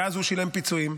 ואז הוא שילם פיצויים.